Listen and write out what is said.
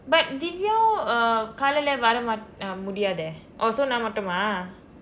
but diviya uh காலையில வரமாட்டாள் முடியாது:kaalayila varamaattaal mudiyathu eh oh so நான் மட்டுமா:naan matdumaa